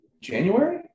January